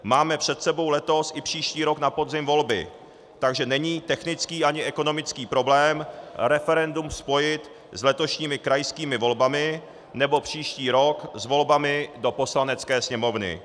Máme před sebou letos i příští rok na podzim volby, takže není technický ani ekonomický problém referendum spojit s letošními krajskými volbami nebo příští rok s volbami do Poslanecké sněmovny.